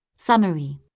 Summary